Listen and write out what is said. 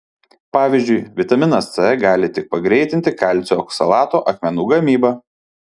pavyzdžiui vitaminas c gali tik pagreitinti kalcio oksalato akmenų gamybą